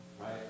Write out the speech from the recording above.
right